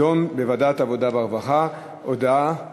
תידון בוועדת העבודה, הרווחה והבריאות.